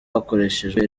hakoreshejwe